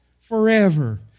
forever